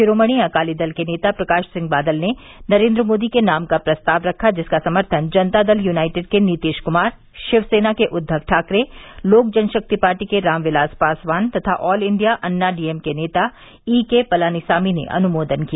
शिरोमणि अकाली दल के नेता प्रकाश सिंह बादल ने नरेन्द्र मोदी के नाम का प्रस्ताव रखा जिसका समर्थन जनता दल युनाइटेड के नीतिश कुमार शिवसेना के उद्वव ठाकरे लोक जनशक्ति पार्टी के रामविलास पासवान तथा ऑल इंडिया अन्ना डीएमके नेता ई के पलनीसामी ने अनुमोदन किया